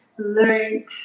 learn